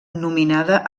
nominada